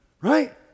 right